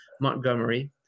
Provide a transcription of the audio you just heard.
Montgomery